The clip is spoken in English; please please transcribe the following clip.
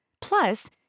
Plus